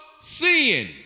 sin